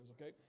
Okay